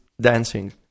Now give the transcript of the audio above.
dancing